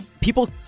People